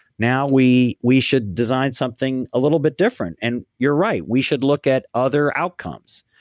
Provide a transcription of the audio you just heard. now we we should design something a little bit different. and you're right, we should look at other outcomes.